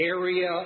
area